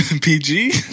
PG